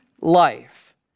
life